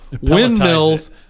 windmills